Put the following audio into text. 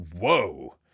whoa